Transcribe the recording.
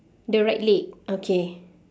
the right leg okay